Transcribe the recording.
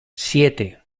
siete